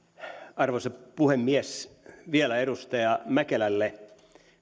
arvoisa puhemies vielä edustaja mäkelälle